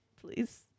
Please